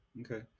Okay